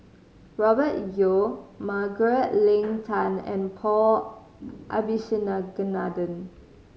Robert Yeo Margaret Leng Tan and Paul